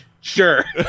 sure